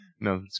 No